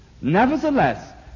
Nevertheless